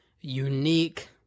unique